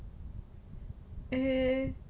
eh